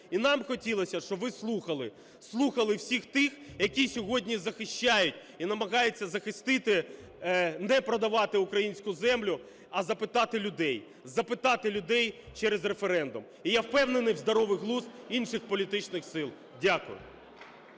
І нам хотілося б, щоб ви слухали, слухали всіх тих, які сьогодні захищають і намагаються захистити, не продавати українську землю, а запитати людей, запитати людей через референдум. І я впевнений в здоровому глузді інших політичних сил. Дякую.